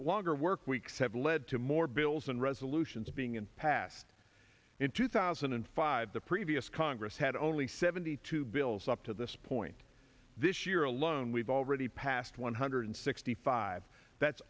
longer work weeks have led to more bills and resolutions being and passed in two thousand and five the previous congress had only seventy two bills up to this point this year alone we've already passed one hundred sixty five that's